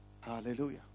Hallelujah